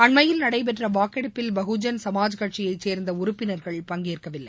அண்மையில் நடைபெற்ற வாக்கெடுப்பில் பகுஜன் சமாஜ் கட்சியை சேர்ந்த உறுப்பினர்கள் பங்கேற்கவில்லை